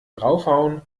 draufhauen